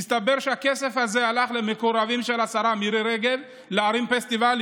מסתבר שהכסף הזה הלך למקורבים של השרה מירי רגב להרים פסטיבלים